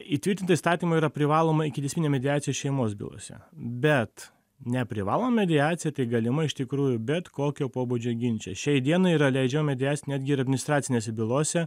įtvirtinta įstatymu yra privaloma ikiteisminė mediacija šeimos bylose bet neprivaloma mediacija tai galima iš tikrųjų bet kokio pobūdžio ginče šiai dienai yra leidžiama mediacija netgi ir administracinėse bylose